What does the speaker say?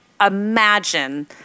imagine